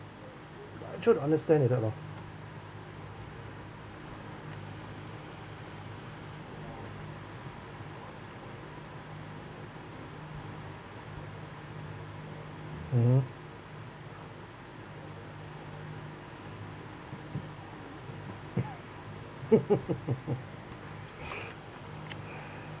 I try to understand like that lor mmhmm